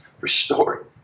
restored